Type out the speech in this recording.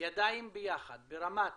ידיים ביחד ברמת